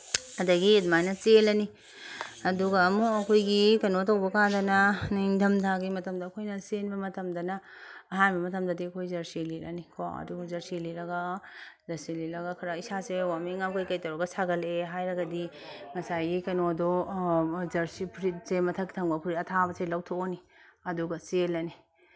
ꯑꯗꯒꯤ ꯑꯗꯨꯃꯥꯏꯅ ꯆꯦꯜꯂꯅꯤ ꯑꯗꯨꯒ ꯑꯃꯨꯛ ꯑꯩꯈꯣꯏꯒꯤ ꯀꯩꯅꯣ ꯇꯧꯕꯀꯥꯟꯗꯅ ꯅꯤꯡꯗꯝꯊꯥꯒꯤ ꯃꯇꯝꯗ ꯑꯩꯈꯣꯏꯅ ꯆꯦꯟꯕ ꯃꯇꯝꯗꯅ ꯑꯍꯥꯟꯕ ꯃꯇꯝꯗꯗꯤ ꯑꯩꯈꯣꯏ ꯖꯔꯁꯤ ꯂꯤꯠꯂꯅꯤꯀꯣ ꯑꯗꯨꯒ ꯖꯔꯁꯤ ꯂꯤꯠꯂꯒ ꯖꯔꯁꯤ ꯂꯤꯠꯂꯒ ꯈꯔ ꯏꯁꯥꯁꯦ ꯋꯥꯔꯃꯤꯡ ꯑꯞ ꯀꯩꯀꯩ ꯇꯧꯔꯒ ꯁꯥꯒꯠꯂꯛꯑꯦ ꯍꯥꯏꯔꯒꯗꯤ ꯉꯁꯥꯏꯒꯤ ꯀꯩꯅꯣꯗꯣ ꯖꯔꯁꯤ ꯐꯨꯔꯤꯠꯁꯦ ꯃꯊꯛ ꯊꯪꯕ ꯐꯨꯔꯤꯠ ꯑꯊꯥꯕꯁꯦ ꯂꯧꯊꯣꯛꯑꯅꯤ ꯑꯗꯨꯒ ꯆꯦꯜꯂꯅꯤ